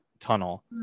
tunnel